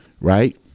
right